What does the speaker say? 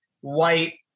white